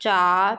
चार